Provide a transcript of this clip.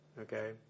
okay